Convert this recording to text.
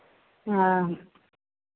हँ